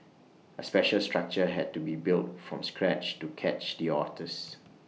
A special structure had to be built from scratch to catch the otters